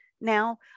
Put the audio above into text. now